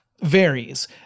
varies